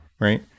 right